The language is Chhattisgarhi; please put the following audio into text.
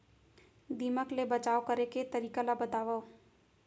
दीमक ले बचाव करे के तरीका ला बतावव?